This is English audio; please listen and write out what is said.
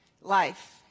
life